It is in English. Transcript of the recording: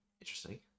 Interesting